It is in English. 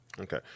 Okay